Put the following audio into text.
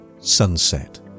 Sunset